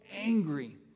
angry